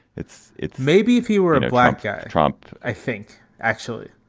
it's it maybe if he were and black. yeah trump i think actually.